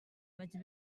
vaig